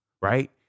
right